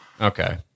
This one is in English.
Okay